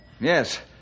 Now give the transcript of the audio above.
Yes